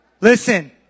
listen